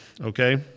okay